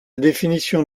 définition